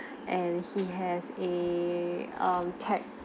and he has a um tag